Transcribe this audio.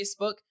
Facebook